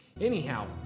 Anyhow